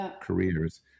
careers